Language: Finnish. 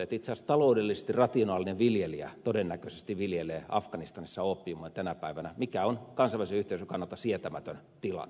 itse asiassa taloudellisesti rationaalinen viljelijä todennäköisesti viljelee afganistanissa oopiumia tänä päivänä mikä on kansainvälisen yhteisön kannalta sietämätön tilanne